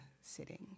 sitting